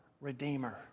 Redeemer